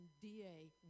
DA